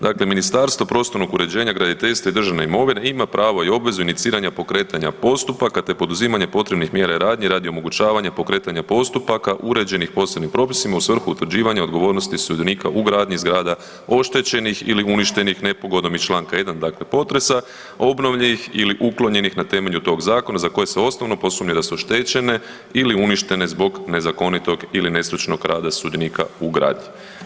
Dakle, Ministarstvo prostornog uređenja, graditeljstva i državne imovine ima pravo i obvezu iniciranja pokretanja postupaka te poduzimanje potrebnih mjera i radnji radi omogućavanja pokretanja postupaka uređenih posebnim propisima u svrhu utvrđivanja odgovornosti sudionika u gradnji zgrada oštećenih ili uništenih nepogodom iz Članka 1. dakle potresa, obnovljenih ili uklonjenih na temelju tog zakona za koje se osnovno sumnja da su oštećene ili uništene zbog nezakonitog ili nestručnog rada sudionika u gradnji.